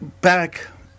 back